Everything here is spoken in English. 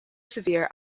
severe